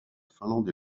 finlande